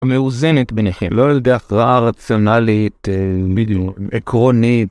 מאוזנת בניכם, לא על ידי הכרעה רציונלית... בדיוק. עקרונית.